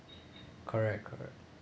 correct correct